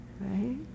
right